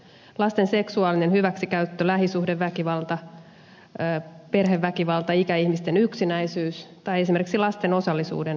lasten seksuaalinen hyväksikäyttö lähisuhdeväkivalta perheväkivalta ikäihmisten yksinäisyys tai esimerkiksi lasten osallisuuden puute